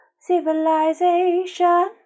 civilization